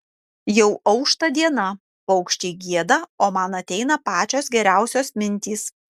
jau aušta diena paukščiai gieda o man ateina pačios geriausios mintys